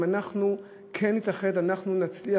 אם אנחנו כן נתאחד אנחנו נצליח,